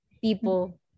people